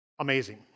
amazing